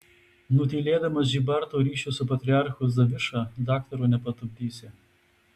nutylėdamas žybarto ryšius su patriarchu zaviša daktaro nepatupdysi